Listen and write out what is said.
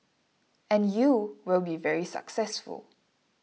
and you will be very successful